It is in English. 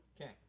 Okay